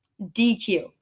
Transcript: DQ